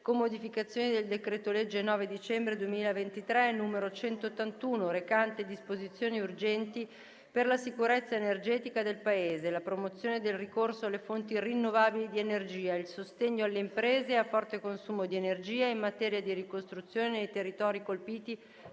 con modificazioni, del decreto-legge 9 dicembre 2023, n. 181, recante disposizioni urgenti per la sicurezza energetica del Paese, la promozione del ricorso alle fonti rinnovabili di energia, il sostegno alle imprese a forte consumo di energia e in materia di ricostruzione nei territori colpiti